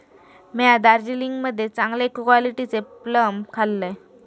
म्या दार्जिलिंग मध्ये चांगले क्वालिटीचे प्लम खाल्लंय